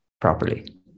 properly